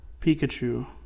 Pikachu